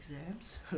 exams